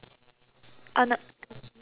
oh n~